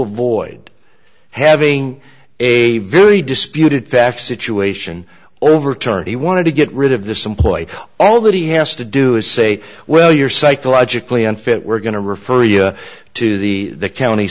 avoid having a very disputed fact situation overturned he wanted to get rid of this employ all that he has to do is say well you're psychologically unfit we're going to refer you to the the county